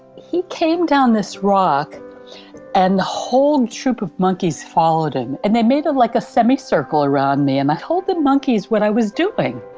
he came down this rock and a whole troop of monkeys followed him and they made like a semi-circle around me and i told the monkeys what i was doing.